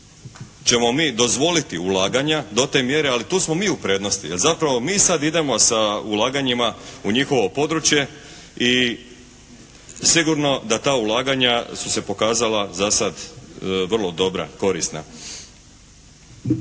ćemo mi dozvoliti ulaganja do te mjere, ali tu smo mi u prednosti, jer zapravo mi sada idemo sa ulaganjima u njihovo područje i sigurno da ta ulaganja su se pokazala za sada vrlo dobra, korisna.